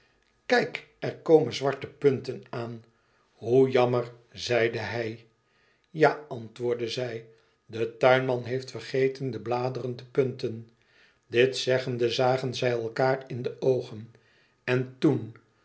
kijk er komen zwarte punten aan hoe jammer zeide hij ja antwoordde zij de tuinman heeft vergeten de bladeren te punten dit zeggende zagen zij elkaâr in de oogen en toen